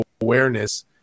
awareness